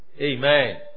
Amen